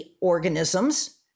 organisms